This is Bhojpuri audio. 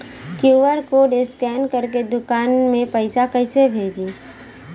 क्यू.आर कोड स्कैन करके दुकान में पैसा कइसे भेजी?